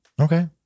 Okay